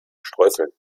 streuseln